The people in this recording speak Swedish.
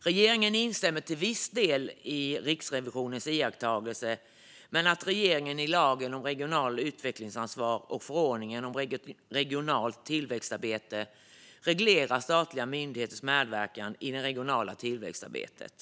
Regeringen instämmer till viss del i Riksrevisionens iakttagelse men noterar att lagen om regionalt utvecklingsansvar och förordningen om regionalt tillväxtarbete reglerar statliga myndigheters medverkan i det regionala tillväxtarbetet.